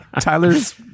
Tyler's